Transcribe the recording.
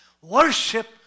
worship